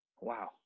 Wow